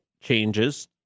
changes